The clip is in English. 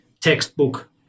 textbook